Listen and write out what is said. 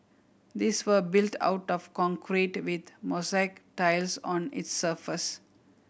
these were built out of concrete with mosaic tiles on its surface